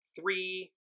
three